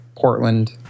Portland